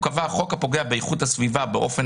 הוא קבע: חוק הפוגע באיכות הסביבה באופן